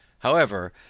however,